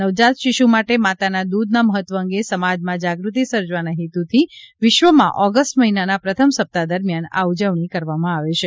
નવજાત શિશ્ માટે માતાના દ્રધના મહત્વ અંગે સમાજમાં જાગ્રતિ સર્જવાના હેત્રથી વિશ્વમાં ઓગસ્ટ મહિનાના પ્રથમ સપ્તાહ દરમિયાન આ ઉજવણી કરવામાં આવે છે